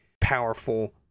powerful